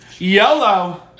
yellow